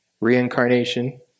reincarnation